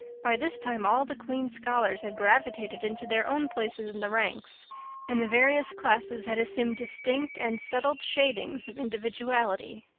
by this time all the queen's scholars had gravitated into their own places in the ranks and the various classes had assumed distinct and settled shadings of individuality.